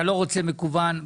אתה לא רוצה מקוון,